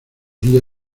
día